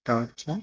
তারপর হচ্ছে